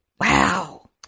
Wow